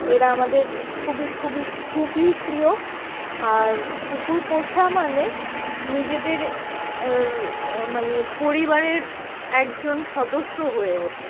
এরা আমাদের খুবই খুবই খুবই প্রিয় আর কুকুর পোষা মানে নিজেদের মানে পরিবারের একজন সদস্য হয়ে ওঠে